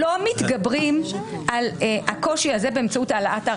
לא מתגברים על הקושי הזה באמצעות העלאה.